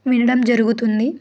వినడం జరుగుతుంది